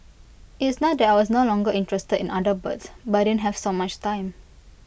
it's not that I was no longer interested in other birds but I didn't have so much time